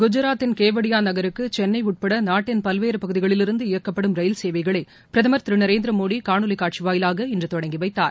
குஜராத்தின்கெவாடியா நகருக்கு சென்னை உட்பட நாட்டின் பல்வேறு பகுதிகளிலிருந்து இயக்கப்படும் ரயில்சேவைகளை பிரதமர் திரு நரேந்திர மோடி காணொலி வாயிலாக இன்று தொடங்கி வைத்தார்